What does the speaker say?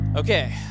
Okay